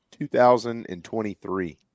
2023